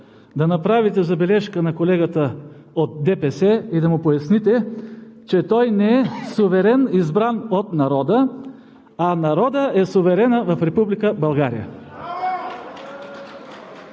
да направите забележка на колегата от ДПС и да му поясните, че той не е суверен, избран от народа, а народът е суверенът в Република България.